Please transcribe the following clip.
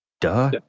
duh